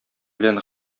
белән